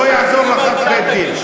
לא יעזור לך בית-דין.